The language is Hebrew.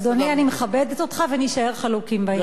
אדוני, אני מכבדת אותך ונישאר חלוקים בעניין.